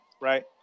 right